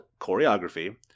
Choreography